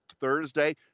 Thursday